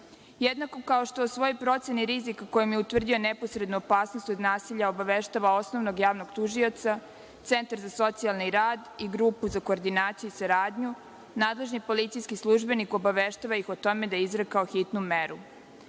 mere. Jednako kao što u svojoj proceni rizika kojom je utvrdio neposrednu opasnost od nasilja obaveštava osnovnog tužioca, centar za socijalni rad i grupu za koordinaciju i saradnju, nadležni policijski službenik obaveštava ih o tome da je izrekao hitnu meru.